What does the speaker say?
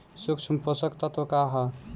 सूक्ष्म पोषक तत्व का ह?